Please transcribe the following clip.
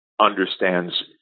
understands